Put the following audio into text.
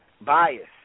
bias